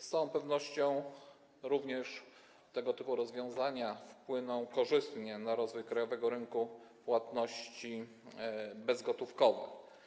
Z całą pewnością również tego typu rozwiązania wpłyną korzystnie na rozwój krajowego rynku płatności bezgotówkowych.